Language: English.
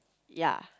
ya